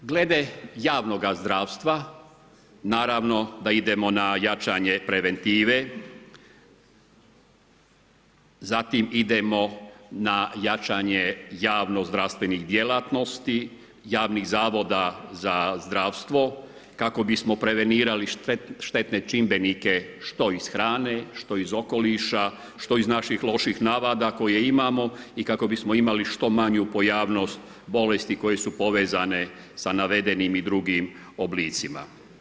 Glede javnoga zdravstva, naravno da idemo na jačanje preventive, zatim idemo na jačanje javnozdravstvenih djelatnosti, javnih zavoda za zdravstvo kako bismo prevenirali štetne čimbenike što iz hrane, što iz okoliša, što iz naših loših navada koje imamo i kako bismo imali što manju pojavnost bolesti koje su povezane sa navedenim i drugim oblicima.